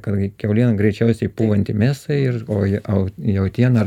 kad kiauliena greičiausiai pūvanti mėsa ir o ji o jautiena